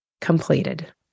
completed